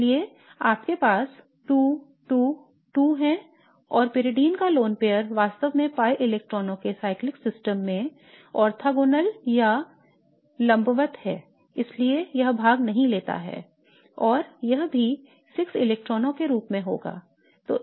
इसलिए आपके पास 2 2 2 हैं और pyridine का लोन पेयर वास्तव में pi इलेक्ट्रॉनों के चक्रीय प्रणाली में ऑर्थोगोनल या लंबवत है इसलिए यह भाग नहीं लेता है और यह भी 6 इलेक्ट्रॉनों के रूप में होगा